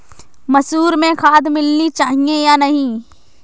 मसूर में खाद मिलनी चाहिए या नहीं?